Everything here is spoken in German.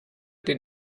den